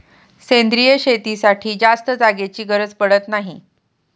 सेंद्रिय शेतीसाठी जास्त जागेची गरज पडत नाही